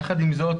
יחד עם זאת,